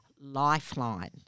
Lifeline